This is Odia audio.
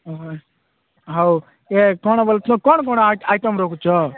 ହଉ ଏ କ'ଣ କହୁଛ କ'ଣ କ'ଣ ଆଇଟମ୍ ରଖୁଛ